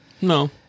No